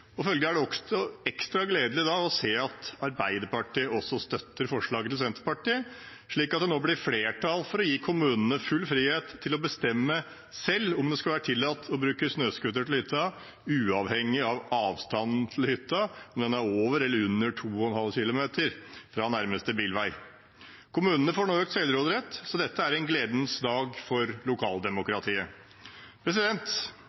og følgelig er det da ekstra gledelig å se at Arbeiderpartiet også støtter forslaget til Senterpartiet, slik at det nå blir flertall for å gi kommunene full frihet til å bestemme selv om det skal være tillatt å bruke snøscooter til hytta, uavhengig av avstanden til hytta – om den er over eller under 2,5 km fra nærmeste bilvei. Kommunene får nå økt selvråderett, så dette er en gledens dag for